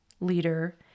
leader